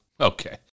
Okay